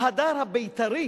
ההדר הבית"רי